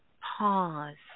pause